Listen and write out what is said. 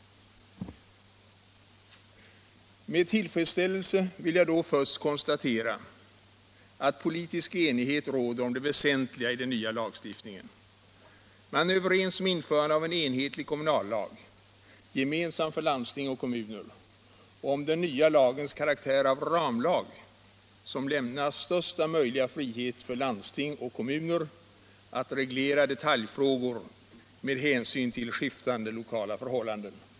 Med tillfredsställelse vill jag då först konstatera att politisk enighet råder om det väsentliga i den nya lagstiftningen. Man är överens om införandet av en enhetlig kommunallag, gemensam för landsting och kommuner, och om den nya lagens karaktär av ramlag, som lämnar största möjliga frihet för landsting och kommuner att reglera detaljfrågor med hänsyn till skiftande lokala förhållanden.